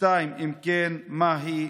אם כן, מהי?